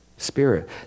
Spirit